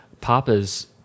Papa's